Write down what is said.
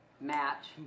match